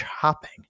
chopping